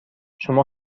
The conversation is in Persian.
شما